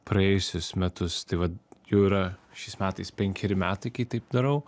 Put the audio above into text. praėjusius metus tai vat jau yra šiais metais penkeri metai kai taip darau